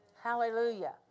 Hallelujah